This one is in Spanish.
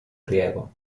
riego